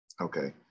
Okay